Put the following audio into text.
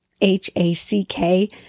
H-A-C-K